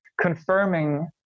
confirming